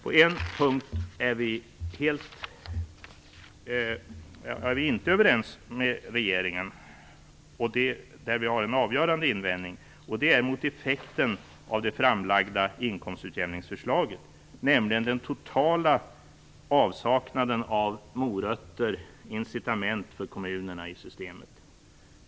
På en punkt är vi inte överens med regeringen, och det gäller effekten av det framlagda inkomstutjämningsförslaget. Vi har en avgörande invändning mot den totala avsaknaden av morötter, incitament, för kommunerna i systemet.